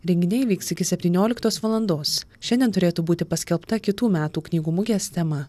renginiai vyks iki septynioliktos valandos šiandien turėtų būti paskelbta kitų metų knygų mugės tema